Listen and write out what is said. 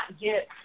get